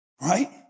Right